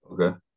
Okay